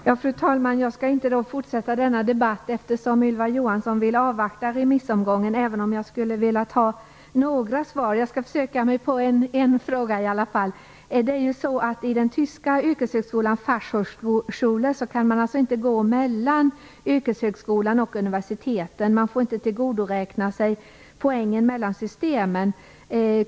Fru talman! Jag skall inte fortsätta denna debatt, eftersom Ylva Johansson vill avvakta remissomgången, även om jag skulle velat ha några svar. Jag skall i varje fall försöka mig på en fråga. I den tyska yrkeshögskolan, Fachhochschule, kan man inte gå mellan yrkeshögskolan och universiteten. Man får inte tillgodoräkna sig poängen mellan systemen.